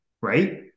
right